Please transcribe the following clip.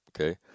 okay